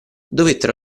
dovettero